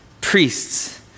Priests